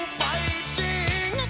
fighting